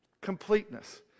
Completeness